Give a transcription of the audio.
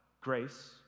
grace